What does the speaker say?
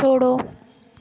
छोड़ो